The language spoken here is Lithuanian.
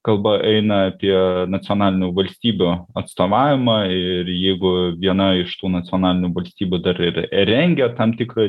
kalba eina apie nacionalinių valstybių atstovavimą ir jeigu viena iš tų nacionalinių valstybių dar ir rengia tam tikrą